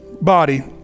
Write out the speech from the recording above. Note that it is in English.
body